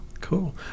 Cool